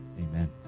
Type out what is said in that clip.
Amen